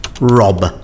Rob